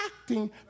acting